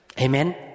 Amen